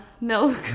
milk